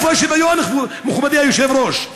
איפה השוויון, מכובדי היושב-ראש?